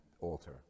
altar